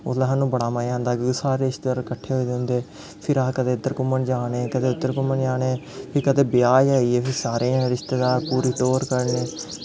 उसलै सानूं बड़ा मज़ा आंदा कि सारे रिश्तेदार कट्ठे होए दे होंदे फिर अस कदें इद्धर घूम्मन जा ने कदें उद्धर घूम्मन जा ने फ्ही कदें ब्याह् गै आई गेआ सारे रिश्तेदार पूरी टौह्र कड्ढने